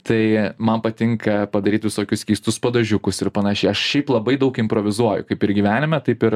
tai man patinka padaryt visokius keistus padažiukus ir panašiai aš šiaip labai daug improvizuoju kaip ir gyvenime taip ir